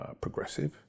Progressive